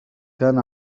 كان